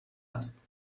است